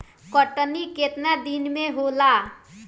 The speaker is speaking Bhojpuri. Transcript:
कटनी केतना दिन मे होला?